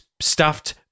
stuffed